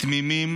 תמימים